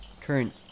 current